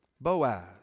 Boaz